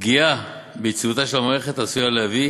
פגיעה ביציבותה של המערכת עשויה להביא,